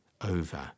over